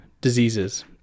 diseases